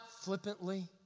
flippantly